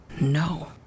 No